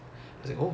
oh